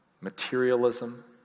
materialism